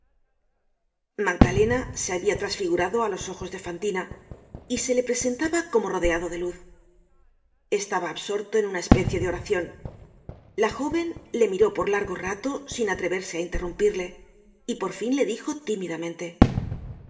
magdalena se habia trasfigurado á los ojos de fantina y se le presentaba como rodeado de luz estaba absorto en una especie de oracion la jóven le miró por largo rato sin atreverse á interrumpirle y por fin le dijo tímidamente qué